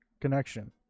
connection